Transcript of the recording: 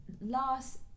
last